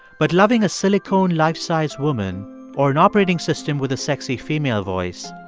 but loving a silicone life-sized woman or an operating system with a sexy female voice,